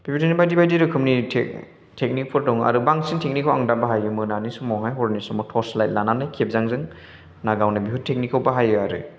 बेबायदिनो बायदि बायदि रोखोमनि टेकनिक फोर दङ आरो बांसिन टेकनिक खौ आं दा बाहायो मोनानि समावहाय हरनि समाव टर्च लाइट लानानै खेबजांजों ना गावनाय बे टेकनिक खौ बाहायो आरो